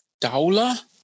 Daula